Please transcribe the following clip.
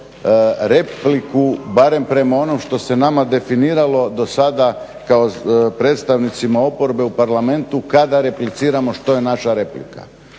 repliku, barem prema onom što se nama definiralo dosada kao predstavnicima oporbe u Parlamentu kada repliciramo što je naša replika.